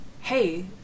hey